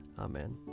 Amen